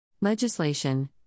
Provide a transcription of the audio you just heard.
Legislation